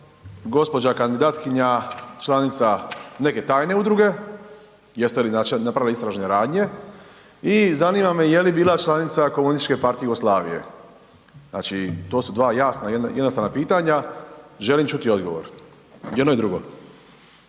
gđa. kandidatkinja članica neke tajne udruge, jeste li napravili istražne radnje i zanima me je li bila članica Komunističke partije Jugoslavije? Znači, to su dva jasna i jednostavna pitanja, želim čuti odgovor. I jedno i drugo.